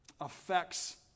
affects